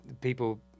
people